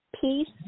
peace